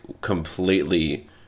completely